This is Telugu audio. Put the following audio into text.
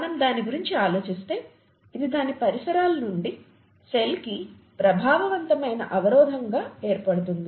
మనం దాని గురించి ఆలోచిస్తే ఇది దాని పరిసరాల నుండి సెల్ కి ప్రభావవంతమైన అవరోధంగా ఏర్పడుతుంది